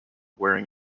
wearing